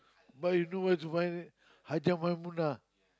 but do you know where to find it Hajjah-Maimunah